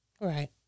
Right